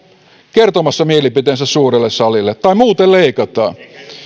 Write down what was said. kertomassa mielipiteensä suurelle salille tai muuten leikataan